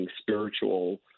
spiritual